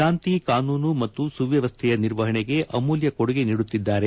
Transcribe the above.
ಶಾಂತಿ ಕಾನೂನು ಮತ್ತು ಸುವ್ಯವಸ್ಥೆಯ ನಿರ್ವಹಣೆಗೆ ಅಮೂಲ್ಯ ಕೊಡುಗೆ ನೀಡುತ್ತಿದ್ದಾರೆ